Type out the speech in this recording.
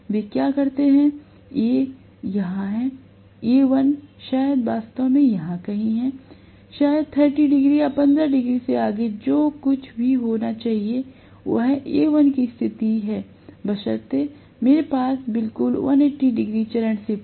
वे क्या करते हैं A यहाँ है Al शायद वास्तव में यहां कहीं है शायद 30 डिग्री या 15 डिग्री से आगे जो कुछ भी होना चाहिए वह Al की स्थिति है बशर्ते मेरे पास बिल्कुल 180 डिग्री चरण शिफ्ट हो